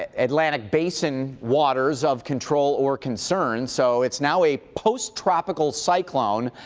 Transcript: ah atlantic basin waters of control or concern, so it's now a post-tropical cyclone,